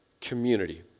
community